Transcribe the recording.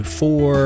four